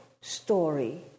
story